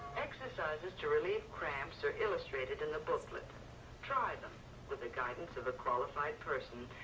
exercises to relieve cramps are illustrated in the booklet try them with the guidance of a qualified person.